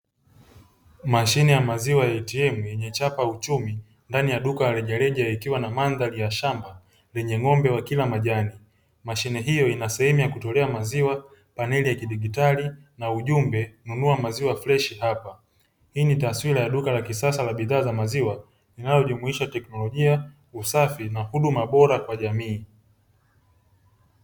Mashine ya maziwa ya ATM yenye chapa uchumi ndani ya duka la rejareja ikiwa na mandhari ya shamba lenye ng'ombe wakila majani. Mashine hiyo ina sehemu ya kutolea maziwa, paneli ya kidigitali na ujumbe "Nunua maziwa fresh hapa". Hii ni taswira ya duka la kisasa la bidhaa za maziwa linalojumuisha teknolojia, usafi na huduma bora kwa jamii.